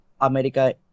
America